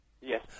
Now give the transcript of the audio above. Yes